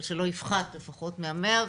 אבל שלא יפחת לפחות מה-100.